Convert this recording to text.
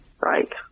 Right